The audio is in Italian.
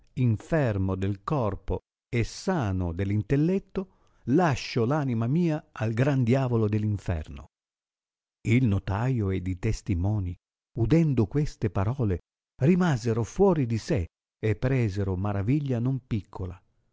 infermo del corpo e sano dell intelletto lascio l anima mia al gran diavolo dell inferno il notaio ed i testimoni udendo queste parole rimasero fuori di sé e presero maraviglia non piccola